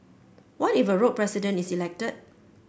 what if a rogue president is elected